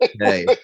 hey